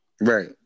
right